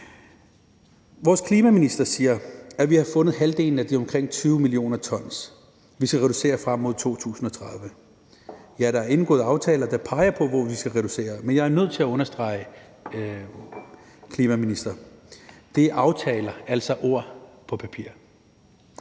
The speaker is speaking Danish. Vores klimaminister siger, at vi har fundet halvdelen af de omkring 20 mio. t, som vi skal reducere med frem mod 2030. Ja, der er indgået aftaler, der peger på, hvor vi skal reducere, men jeg er nødt til at understrege over for klimaministeren, at det er aftaler, altså ord på papir.